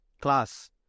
class